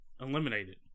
eliminated